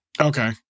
Okay